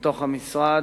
מתוך המשרד,